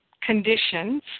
conditions